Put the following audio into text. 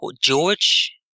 George